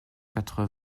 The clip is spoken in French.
quatre